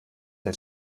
der